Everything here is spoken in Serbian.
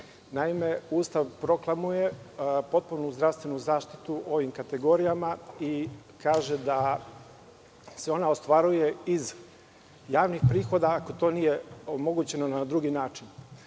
Ustav proklamuje potpunu zdravstvenu zaštitu ovim kategorijama i kaže da se ona ostvaruje iz javnih prihoda, ako to nije omogućeno na drugi način.